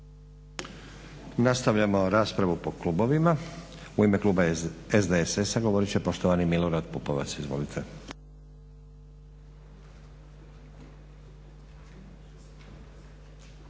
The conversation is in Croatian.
Nastavljamo raspravu po klubovima. U ime kluba SDSS-a govorit će poštovani Milorad Pupovac. Izvolite.